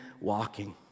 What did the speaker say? walking